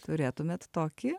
turėtumėt tokį